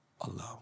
alone